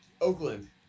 Oakland